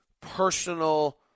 personal